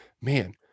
man